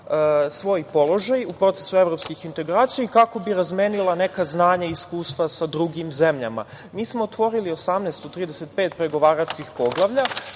svoj položaj u procesu evropskih integracija i kako bi razmenila neka znanja i iskustva sa drugim zemljama. Mi smo otvorili 18 od 35 pregovaračkih poglavlja,